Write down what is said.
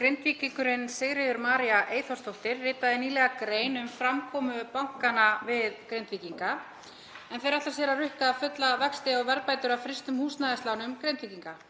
Grindvíkingurinn Sigríður María Eyþórsdóttir ritaði nýlega grein um framkomu bankanna við Grindvíkinga en þeir ætla sér að rukka fulla vexti og verðbætur af frystum húsnæðislánum Grindvíkinga.